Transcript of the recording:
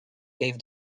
gave